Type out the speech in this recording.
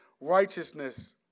righteousness